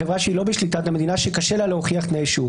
חברה שהיא לא בשליטת המדינה שקשה לה להוכיח תנאי שוק.